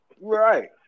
right